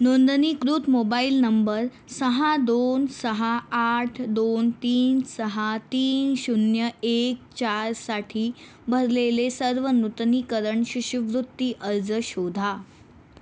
नोंदनीकृत mobile number सहा दोन सहा आठ दोन तीन सहा तीन शून्य एक चारसाठी भरलेले सर्व नूतनीकरण शिष्यवृत्ती अर्ज शोधा